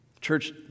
Church